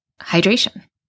hydration